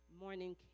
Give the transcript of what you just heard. morning